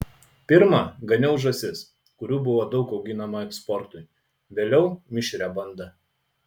pirma ganiau žąsis kurių buvo daug auginama eksportui vėliau mišrią bandą